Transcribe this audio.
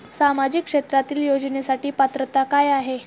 सामाजिक क्षेत्रांतील योजनेसाठी पात्रता काय आहे?